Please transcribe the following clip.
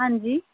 ਹਾਂਜੀ